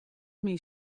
myn